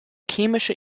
chemische